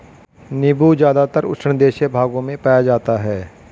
नीबू ज़्यादातर उष्णदेशीय भागों में पाया जाता है